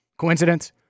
coincidence